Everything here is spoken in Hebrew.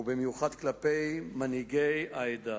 ובמיוחד כלפי מנהיגי העדה,